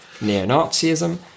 neo-Nazism